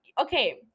okay